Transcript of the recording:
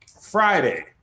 Friday